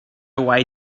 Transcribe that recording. way